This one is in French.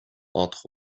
entre